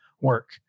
work